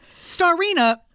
Starina